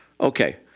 Okay